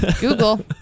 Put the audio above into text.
Google